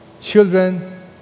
Children